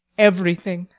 everything!